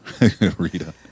Rita